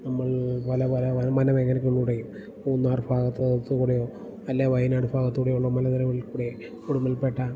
നമ്മൾ പല പല വനമേഖലകളിലൂടെയും മൂന്നാർ ഭാഗത്തു കൂടെയോ അല്ലേൽ വയനാട് ഭാഗത്ത്കൂടെയുള്ള മലനിരകളിൽ കൂടെ ഉടുമ്പൽപ്പേട്ട